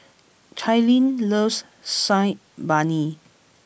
Cailyn loves Saag Paneer